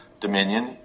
Dominion